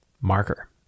marker